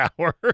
hour